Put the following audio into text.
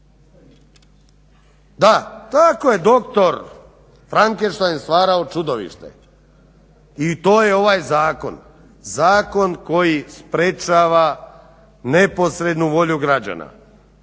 Da, tako je doktor Freinkenstein stvarao čudovište. I to je ovaj zakon, zakon koji sprječava neposrednu volju građana,